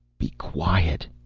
be quiet,